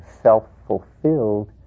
self-fulfilled